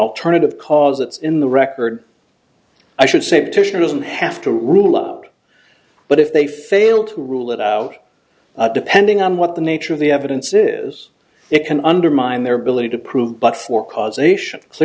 alternative cause it's in the record i should say petitioner doesn't have to rule out but if they fail to rule it out depending on what the nature of the evidence is it can undermine their ability to prove but for causation